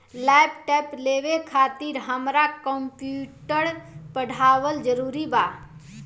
Laptop लेवे खातिर हमरा कम्प्युटर पढ़ल जरूरी बा?